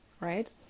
right